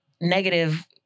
negative